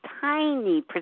tiny